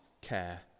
care